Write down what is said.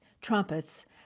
trumpets